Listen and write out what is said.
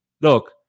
Look